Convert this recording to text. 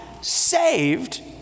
saved